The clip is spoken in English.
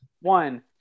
One